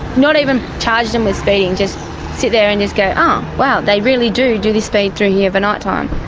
not even charge them with speeding, just sit there and just go, oh, wow, they really do do this speed through here of a night-time.